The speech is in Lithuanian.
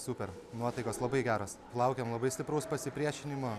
super nuotaikos labai geros laukėm labai stipraus pasipriešinimo